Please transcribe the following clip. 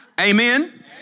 Amen